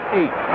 eight